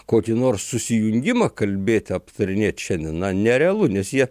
kokį nors susijungimą kalbėti aptarinėti šiandien na nerealu nes jie